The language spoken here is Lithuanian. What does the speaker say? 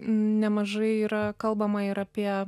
nemažai yra kalbama ir apie